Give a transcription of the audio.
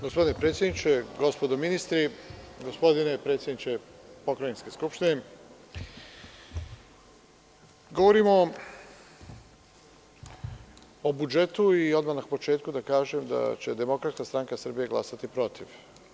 Gospodine predsedniče, gospodo ministri, gospodine predsedniče pokrajinske Skupštine, govorimo o budžetu i odmah na početku da kažem da će DSS glasati protiv.